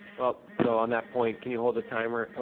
well, so on that point, can you hold the timer?